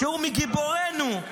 שהוא מגיבורינו,